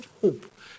hope